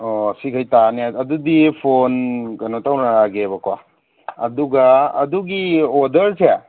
ꯑꯣ ꯁꯤꯒꯩ ꯇꯥꯅꯤ ꯑꯗꯨꯗꯤ ꯐꯣꯟ ꯀꯩꯅꯣ ꯇꯧꯅꯔꯛꯑꯒꯦꯕꯀꯣ ꯑꯗꯨꯒ ꯑꯗꯨꯒꯤ ꯑꯣꯗꯔꯁꯦ